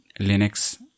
linux